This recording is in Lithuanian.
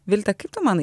vilte kaip tu manai